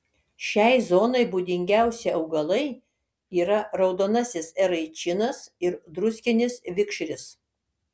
šiai zonai būdingiausi augalai yra raudonasis eraičinas ir druskinis vikšris